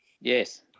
Yes